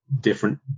different